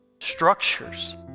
structures